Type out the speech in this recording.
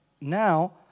now